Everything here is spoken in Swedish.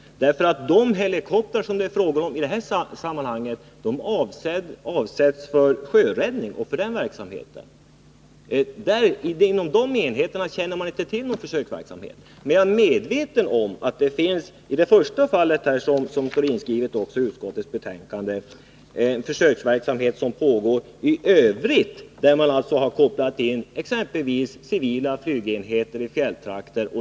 De helikoptrar som det är fråga om i det här sammanhanget är användbara för sjöräddning och dithörande verksamhet. Inom dessa enheter känner man inte till någon försöksverksamhet. I det första fallet, som omnämns i utskottsbetänkandet såsom försöksverksamhet, har man kopplat in exempelvis civila flygenheter i fjälltrakterna.